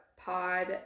pod